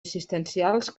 assistencials